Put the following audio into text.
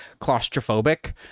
claustrophobic